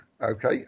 Okay